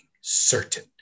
certain